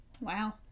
Wow